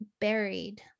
buried